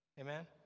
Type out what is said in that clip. Amen